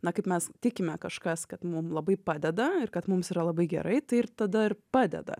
na kaip mes tikime kažkas kad mum labai padeda ir kad mums yra labai gerai tai ir tada ir padeda